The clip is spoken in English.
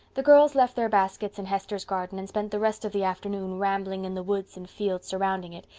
the girls left their baskets in hester's garden and spent the rest of the afternoon rambling in the woods and fields surrounding it,